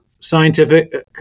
scientific